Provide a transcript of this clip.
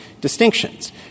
distinctions